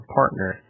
partner